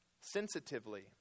sensitively